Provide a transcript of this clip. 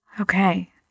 Okay